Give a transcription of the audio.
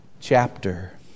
chapter